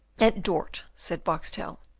at dort, said boxtel.